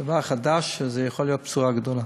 זה דבר חדש וזו יכולה להיות בשורה גדולה.